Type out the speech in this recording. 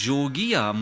Jogia